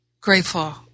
grateful